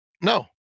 No